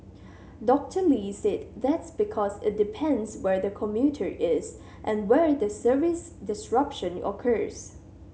Doctor Lee said that's because it depends where the commuter is and where the service disruption occurs